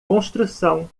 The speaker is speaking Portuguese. construção